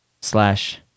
slash